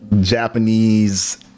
Japanese